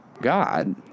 God